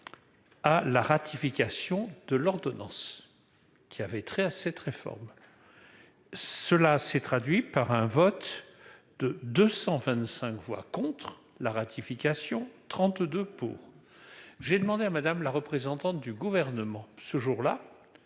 à la ratification de l'ordonnance qui avait trait à cette réforme, cela s'est traduit par un vote de 225 voix contre la ratification 32 pour, j'ai demandé à Madame, la représentante du gouvernement ce jour-là